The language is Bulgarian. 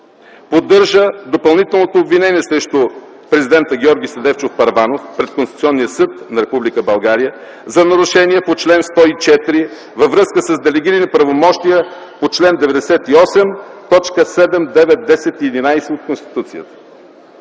Поддържа допълнителното обвинение срещу президента Георги Седефчов Първанов пред Конституционния съд на Република България за нарушение по чл. 104 във връзка с делегирани правомощия по чл. 98, т. 7, 9, 10 и 11 от Конституцията.